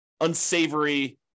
unsavory